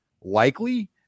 likely